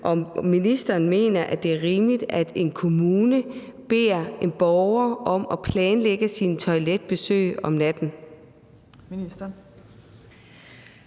om ministeren mener, at det er rimeligt, at en kommune beder en borger om at planlægge sine toiletbesøg om natten.